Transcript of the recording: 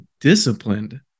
disciplined